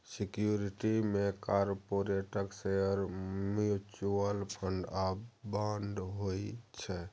security मे कारपोरेटक share, mutual fund आ बांड होइ छै